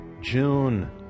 June